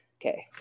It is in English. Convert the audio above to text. Okay